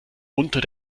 unter